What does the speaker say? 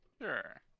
Sure